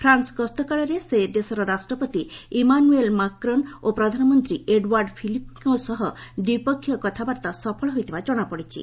France ଗସ୍ତ କାଳରେ ସେ ଦେଶର ରାଷ୍ଟ୍ରପତି ଇମାନୁଏଲ୍ ମାକ୍ରନ୍ ଓ ପ୍ରଧାନମନ୍ତ୍ରୀ ଏଡୱାର୍ଡ ଫିଲିପେଙ୍କ ସହ ଦ୍ୱିପକ୍ଷୀୟ କଥାବାର୍ତ୍ତା ସଫଳ ହୋଇଥିବା ଜଣାପଡ଼ିଛି